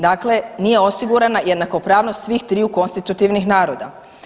Dakle, nije osigurana jednakopravnost svih triju konstitutivnih naroda.